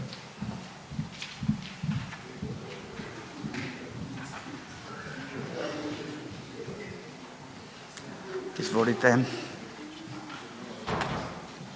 Hvala vam.